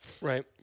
right